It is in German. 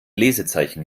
lesezeichen